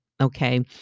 Okay